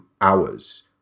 hours